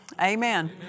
Amen